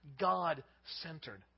God-centered